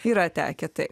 yra tekę tai